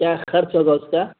کیا خرچ ہوگا اس کا